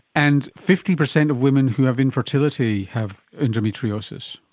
and fifty percent of women who have infertility have endometriosis.